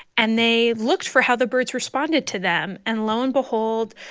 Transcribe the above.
and they looked for how the birds responded to them and lo and behold,